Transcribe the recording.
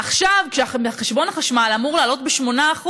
עכשיו, כשחשבון החשמל אמור לעלות ב-8%,